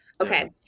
Okay